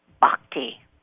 bhakti